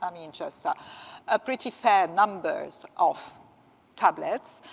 i mean, just ah ah pretty fair numbers of tablets.